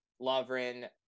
Lovren